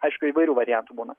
aišku įvairių variantų būna